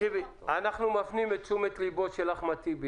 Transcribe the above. אנחנו מפנים את תשומת ליבו של אחמד טיבי,